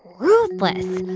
ruthless.